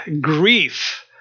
grief